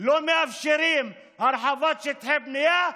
לא מאפשרים הרחבת שטחי בנייה,